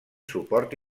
suport